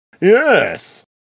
Yes